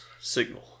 signal